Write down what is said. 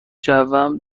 جوم